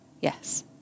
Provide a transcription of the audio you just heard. yes